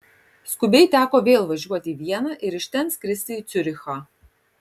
skubiai teko vėl važiuoti į vieną ir iš ten skristi į ciurichą